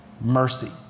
mercy